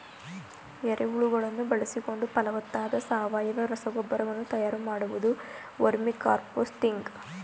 ಎರೆಹುಳುಗಳನ್ನು ಬಳಸಿಕೊಂಡು ಫಲವತ್ತಾದ ಸಾವಯವ ರಸಗೊಬ್ಬರ ವನ್ನು ತಯಾರು ಮಾಡುವುದು ವರ್ಮಿಕಾಂಪೋಸ್ತಿಂಗ್